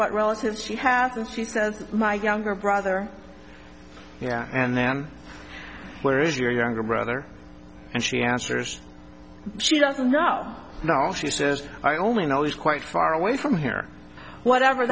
what relatives she had that she says my younger brother yeah and then where is your younger brother and she answers she doesn't know now she says i only know he's quite far away from here whatever